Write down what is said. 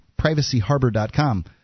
privacyharbor.com